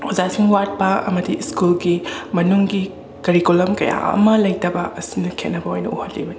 ꯑꯣꯖꯥꯁꯤꯡ ꯋꯥꯠꯄ ꯑꯃꯗꯤ ꯁ꯭ꯀꯨꯜꯒꯤ ꯃꯅꯨꯡꯒꯤ ꯀꯔꯤꯀꯨꯂꯝ ꯀꯌꯥ ꯑꯃ ꯂꯩꯇꯕ ꯑꯁꯤꯅ ꯈꯦꯠꯅꯕ ꯑꯣꯏꯅ ꯎꯍꯜꯂꯤꯕꯅꯤ